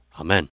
Amen